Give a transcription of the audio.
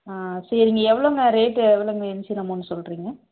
ஆ சரிங்க எவ்வளோங்க ரேட் எவ்வளோங்க இன்ஷியல் அமௌண்ட் சொல்கிறிங்க